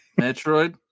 Metroid